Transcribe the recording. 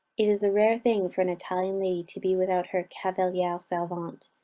it is a rare thing for an italian lady to be without her cavaliere ah servente,